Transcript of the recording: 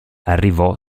arrivò